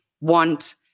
want